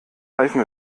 reifen